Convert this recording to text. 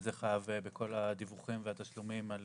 וזה חייב בכל הדיווחים והתשלומים על